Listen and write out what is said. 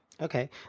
Okay